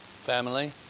family